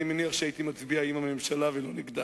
אני מניח שהייתי מצביע עם הממשלה ולא נגדה.